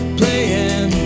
playing